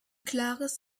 klares